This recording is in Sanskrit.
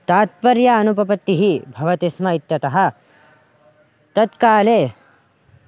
तात्पर्य अनुपपत्तिः भवति स्म इत्यतः तत्काले